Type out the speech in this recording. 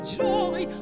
joy